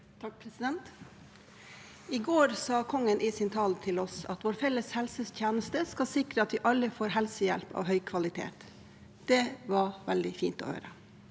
(PF) I går sa kongen i sin tale til oss at vår felles helsetjeneste skal sikre at vi alle får helsehjelp av høy kvalitet. Det var veldig fint å høre.